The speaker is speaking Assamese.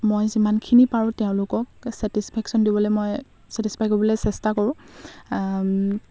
মই যিমানখিনি পাৰো তেওঁলোকক ছেটিছফেকশ্যন দিবলৈ মই ছেটিছফাই কৰিবলৈ চেষ্টা কৰো